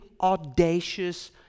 audacious